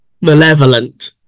malevolent